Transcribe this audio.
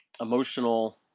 emotional